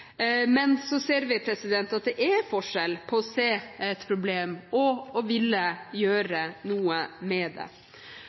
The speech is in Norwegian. ser vi at det er forskjell på å se et problem og å ville gjøre